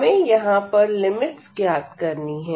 हमें यहां पर लिमिट्स ज्ञात करनी है